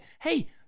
Hey